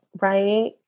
right